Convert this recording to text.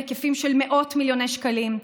בהיקפים של מאות מיליוני שקלים,